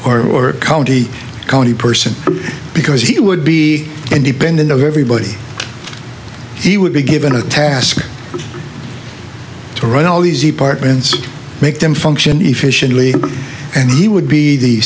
or or the county person because he would be independent of everybody he would be given a task to run all these the part and make them function efficiently and he would be the